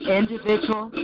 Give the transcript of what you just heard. individual